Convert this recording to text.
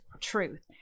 truth